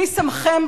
מי שמכם?